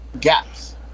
gaps